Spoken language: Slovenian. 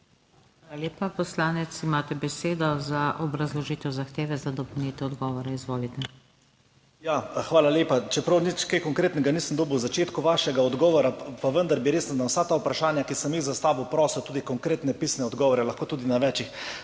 Hvala lepa. Poslanec, imate besedo za obrazložitev zahteve za dopolnitev odgovora. Izvolite. ALEKSANDER REBERŠEK (PS NSi): Hvala lepa. Čeprav nič kaj konkretnega nisem dobil na začetku vašega odgovora, pa bi vendar res na vsa ta vprašanja, ki sem jih zastavil, prosil tudi konkretne pisne odgovore, lahko tudi na več